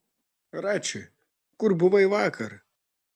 rači kur buvai vakar